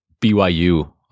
BYU